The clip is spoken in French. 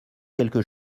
quelque